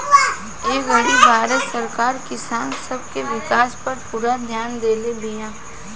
ए घड़ी भारत सरकार किसान सब के विकास पर पूरा ध्यान देले बिया